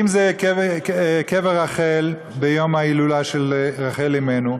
אם זה בקבר רחל ביום ההילולה של רחל אמנו,